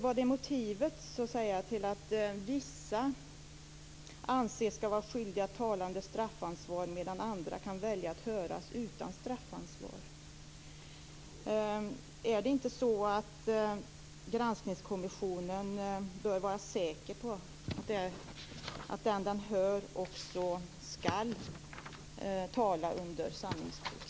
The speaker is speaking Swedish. Vilket är motivet till att vissa ska anses skyldiga att tala under straffansvar medan andra kan välja att höras utan straffansvar? Bör inte Granskningskommissionen vara säker på att den kommissionen hör ska tala under sanningsplikt?